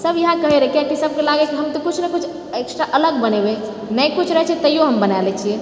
सब इएह कहै रहै किआकी सबके लागै कि हम किुछ ने किछु एक्स्ट्रा अलग बनैबे नहि कीछु रहैत छे तैयो हम बना लए छिऐ